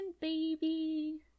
baby